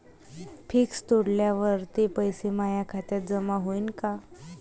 Fix तोडल्यावर ते पैसे माया खात्यात जमा होईनं का?